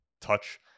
touch